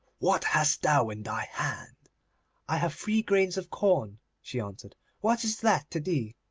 what hast thou in thy hand i have three grains of corn she answered what is that to thee